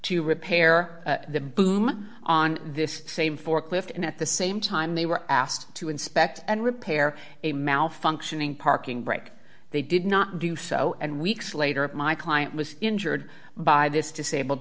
to repair the boom on this same forklift and at the same time they were asked to inspect and repair a malfunctioning parking brake they did not do so and weeks later my client was injured by this disabled